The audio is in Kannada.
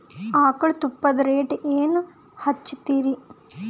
ಆಕಳ ತುಪ್ಪದ ರೇಟ್ ಏನ ಹಚ್ಚತೀರಿ?